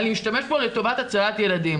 אני משתמש בזה לטובת הצלת ילדים'